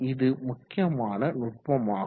இது முக்கியமான நுட்பமாகும்